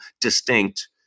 distinct